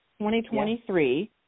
2023